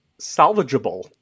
salvageable